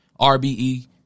RBE